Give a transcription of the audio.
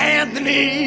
Anthony